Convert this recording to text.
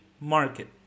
market